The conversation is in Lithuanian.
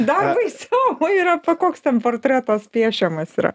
dar baisiau yra koks ten portretas piešiamas yra